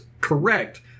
correct